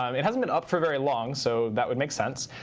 um it hasn't been up for very long, so that would make sense.